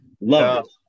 love